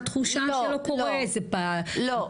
התחושה שלא קורה זה בפרקליטות?